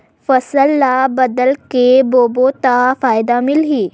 फसल ल बदल के बोबो त फ़ायदा मिलही?